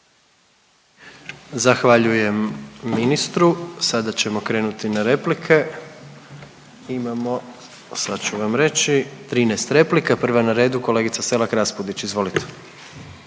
Zahvaljujem ministru, sada ćemo krenuti na replike. Imamo, sad ću vam reći 13 replika. Prva na redu kolegica Selak Raspudić, izvolite.